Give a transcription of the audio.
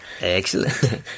excellent